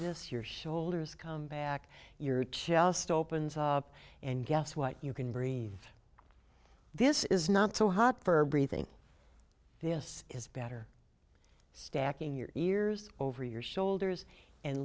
this your shoulders come back your chest opens up and guess what you can breathe this is not so hot for breathing this is better stacking your ears over your shoulders and